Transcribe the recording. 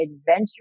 adventure